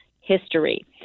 history